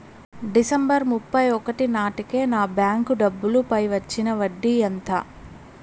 December ముప్పై ఒకటి నాటేకి నా బ్యాంకు డబ్బుల పై వచ్చిన వడ్డీ ఎంత?